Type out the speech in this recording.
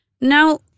Now